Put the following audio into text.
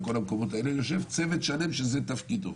יושב צוות שלם שזה תפקידו.